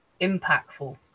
impactful